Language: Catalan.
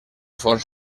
fons